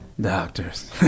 Doctors